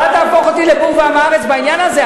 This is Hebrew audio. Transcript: אבל אל תהפוך אותי לבור ועם הארץ בעניין הזה.